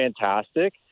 fantastic